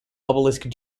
obelisk